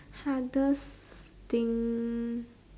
hardest thing